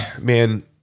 man